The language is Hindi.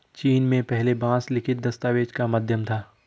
चीन में पहले बांस लिखित दस्तावेज का माध्यम था